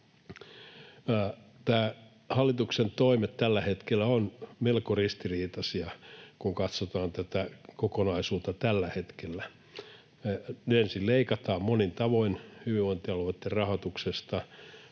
Hallituksen toimet tällä hetkellä ovat melko ristiriitaisia, kun katsotaan tätä kokonaisuutta. Ensin leikataan monin tavoin hyvinvointialueitten rahoituksesta